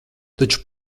taču